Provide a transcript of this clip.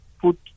put